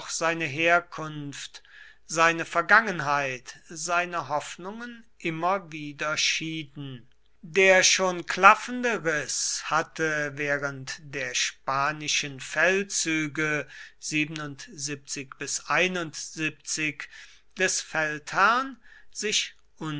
seine herkunft seine vergangenheit seine hoffnungen immer wieder schieden der schon klaffende riß hatte während der spanischen feldzüge des feldherrn sich